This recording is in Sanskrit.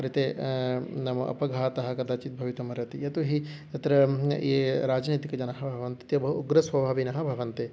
कृते नाम अपघातः कदाचित् भवितुम् अर्हति यतोऽहि तत्र ये राजनैतिकजनाः भवन्ति ते बहु उग्रस्वभाविनः भवन्ति